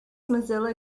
mozilla